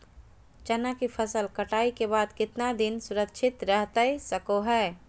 चना की फसल कटाई के बाद कितना दिन सुरक्षित रहतई सको हय?